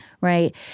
right